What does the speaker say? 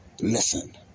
listen